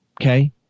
Okay